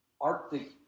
arctic